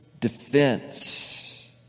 defense